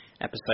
episode